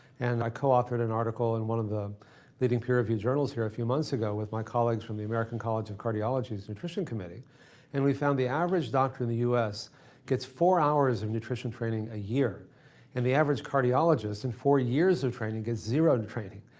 and i coauthored an article in one of the leading peer review journals here a few months ago with my college from the american college of cardiology's nutrition committee and we found the average doctor in the us gets four hours of nutrition training a year and the average cardiologist in and four years of training gets zero in training.